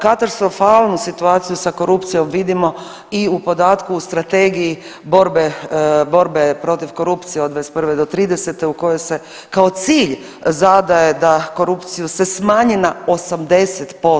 Katastrofalnu situaciju sa korupcijom vidimo i u podatku u Strategiji borbe protiv korupcije od 2021. do 2030. u kojoj se kao cilj zadaje da korupciju se smanji na 80%